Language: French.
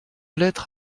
lettre